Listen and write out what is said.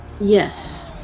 Yes